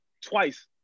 twice